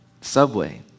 Subway